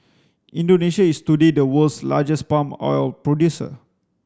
Indonesia is today the world's largest palm oil producer